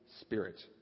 spirit